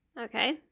Okay